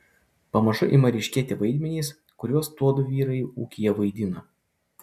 pamažu ima ryškėti vaidmenys kuriuos tuodu vyrai ūkyje vaidina